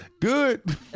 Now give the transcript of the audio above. good